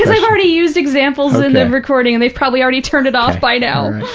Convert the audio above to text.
already used examples in the recording and they've probably already turned it off by now.